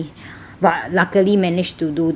but luckily managed to do that lah